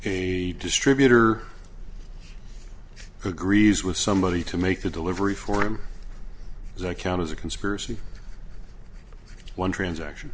a distributor agrees with somebody to make the delivery for him so i count as a conspiracy one transaction